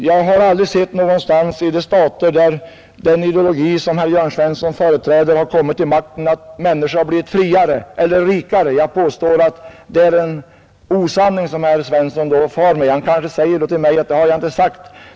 Jag har aldrig någonstans i de stater, där den ideologi som herr Jörn Svensson företräder har kommit till makten, sett att människor har blivit friare eller rikare. Jag påstår att det är osanning herr Svensson far med. Kanske invänder han nu: Det har jag inte sagt.